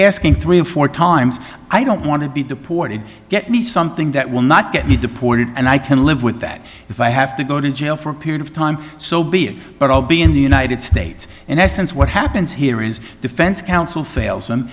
asking three or four times i don't want to be deported get me something that will not get me deported and i can live with that if i have to go to jail for a period of time so be it but i'll be in the united states in essence what happens here is defense counsel fails